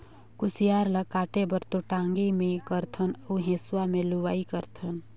कुसियार ल काटे बर तो टांगी मे कारथन अउ हेंसुवा में लुआई करथन